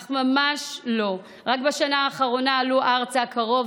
אך ממש לא: רק בשנה האחרונה עלו ארצה קרוב